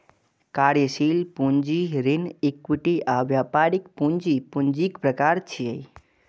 कार्यशील पूंजी, ऋण, इक्विटी आ व्यापारिक पूंजी पूंजीक प्रकार छियै